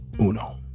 uno